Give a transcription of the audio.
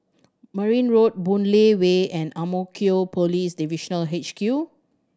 Merryn Road Boon Lay Way and Ang Mo Kio Police Divisional H Q